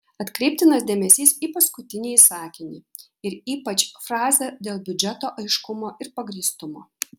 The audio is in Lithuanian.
atkreiptinas dėmesys į paskutinįjį sakinį ir ypač frazę dėl biudžeto aiškumo ir pagrįstumo